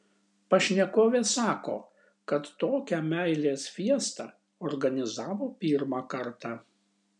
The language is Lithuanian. pašnekovė sako kad tokią meilės fiestą organizavo pirmą kartą